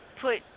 put